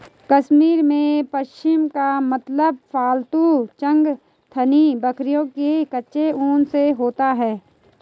कश्मीर में, पश्म का मतलब पालतू चंगथांगी बकरियों के कच्चे ऊन से होता है